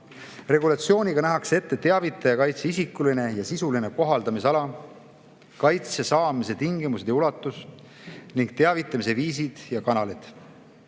Regulatsiooniga nähakse ette teavitaja kaitse isikuline ja sisuline kohaldamisala, kaitse saamise tingimused ja ulatus ning teavitamise viisid ja kanalid.